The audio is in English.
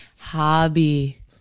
Hobby